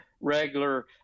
regular